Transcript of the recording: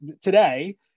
today